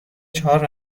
چهار